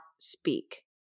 speak